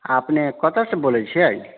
अपने कतऽसँ बोलै छिये